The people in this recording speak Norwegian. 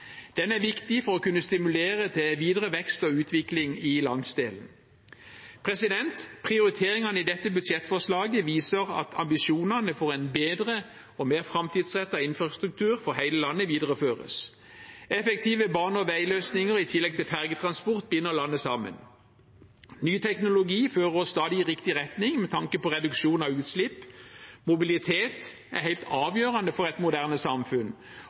Den er viktig for å kunne stimulere til videre vekst og utvikling i landsdelen. Prioriteringene i dette budsjettforslaget viser at ambisjonene for en bedre og mer framtidsrettet infrastruktur for hele landet videreføres. Effektive bane- og veiløsninger i tillegg til fergetransport binder landet sammen. Ny teknologi fører oss stadig i riktig retning med tanke på reduksjon av utslipp. Mobilitet er helt avgjørende for et moderne samfunn,